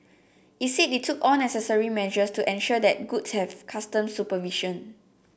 it said it took all necessary measures to ensure that goods have customs supervision